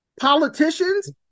politicians